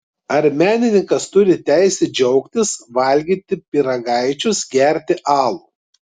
ar menininkas turi teisę džiaugtis valgyti pyragaičius gerti alų